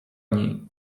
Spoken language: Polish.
niej